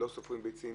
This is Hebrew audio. ולא סופרים ביצים,